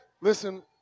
Listen